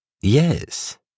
Yes